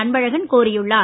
அன்பழகன் கோரியுள்ளார்